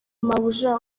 mabuja